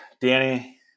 Danny